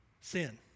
sin